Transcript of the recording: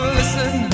listen